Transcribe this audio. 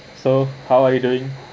so how are you doing